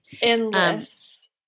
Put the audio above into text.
endless